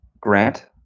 Grant